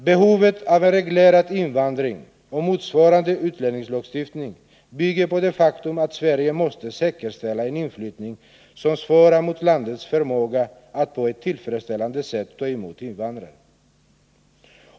Behovet av en reglerad invandring och motsvarande utlänningslagstiftning bygger på det faktum att Sverige måste säkerställa att den inflyttning som sker svarar mot landets förmåga att på ett tillfredsställande sätt ta emot invandrare.